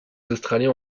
australiens